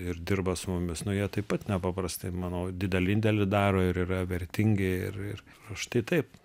ir dirba su mumis nu jie taip pat nepaprastai manau didelį indėlį daro ir yra vertingi ir ir ir štai taip